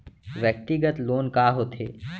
व्यक्तिगत लोन का होथे?